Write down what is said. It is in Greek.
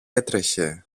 έτρεχε